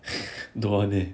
don't want leh